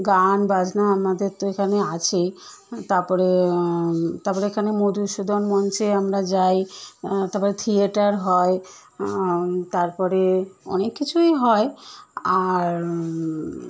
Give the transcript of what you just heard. গান বাজনা আমাদের তো এখানে আছেই তারপরে তারপরে এখানে মধুসূদন মঞ্চে আমরা যাই তারপরে থিয়েটার হয় তারপরে অনেক কিছুই হয় আর